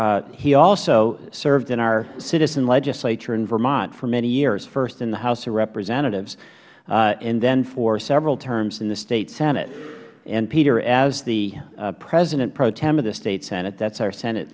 employer he also served in our citizen legislature in vermont for many years first in the house of representatives and then for several terms in the state senate and peter as the president pro tem of the state senate that is our senate